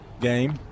game